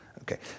Okay